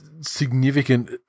significant